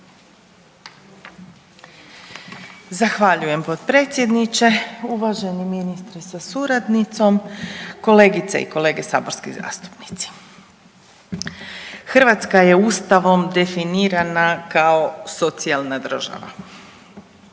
Zahvaljujem potpredsjedniče. Uvaženi ministre sa suradnicom. Kolegice i kolege saborski zastupnici. Hrvatske je Ustavom definirana kao socijalna država,